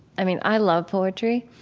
i mean, i love poetry,